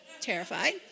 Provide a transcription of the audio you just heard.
terrified